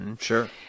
Sure